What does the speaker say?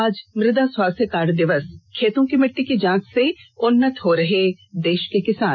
आज मृदा स्वास्थ्य कार्ड दिवस खेतों की मिट्टी की जांच से उन्नत हो रहे देष के किसान